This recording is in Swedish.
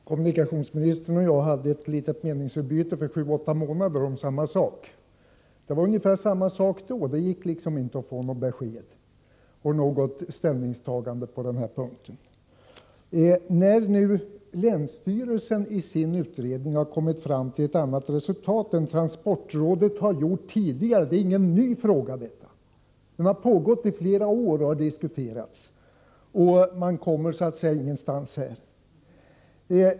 Fru talman! Kommunikationsministern och jag hade ett litet meningsutbyte för sju åtta månader sedan om samma sak. Det var ungefär likadant då, det gick liksom inte att få något besked eller något ställningstagande på den här punkten. Men nu har länsstyrelsen i sin utredning kommit fram till ett annat resultat än transportrådet har gjort tidigare. Detta är ju ingen ny fråga. Diskussionen har pågått i flera år, men man kommer så att säga ingenstans.